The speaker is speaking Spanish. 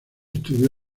estudió